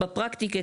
בפרקטיקה,